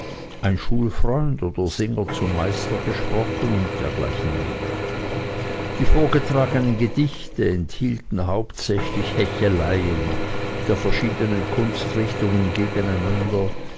ein schulfreund oder singer zum meister gesprochen und dergleichen mehr die vorgetragenen gedichte enthielten hauptsächlich hecheleien der verschiedenen kunstrichtungen gegeneinander